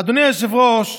אדוני היושב-ראש,